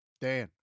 Dan